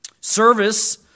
Service